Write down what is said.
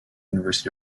university